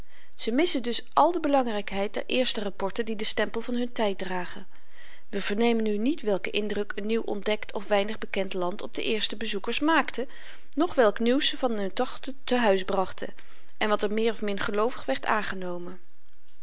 ze missen dus al de belangrykheid der eerste rapporten die den stempel van hun tyd dragen we vernemen nu niet welken indruk n nieuw ontdekt of weinig bekend land op de eerste bezoekers maakte noch welk nieuws ze van hun tochten te-huis brachten en wat er meer of min geloovig werd aangenomen